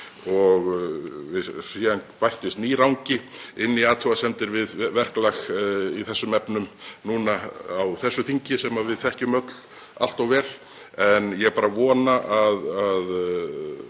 við. Síðan bættist nýr angi inn í athugasemdir við verklag í þessum efnum á þessu þingi sem við þekkjum öll allt of vel. Ég vona bara að